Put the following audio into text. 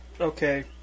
Okay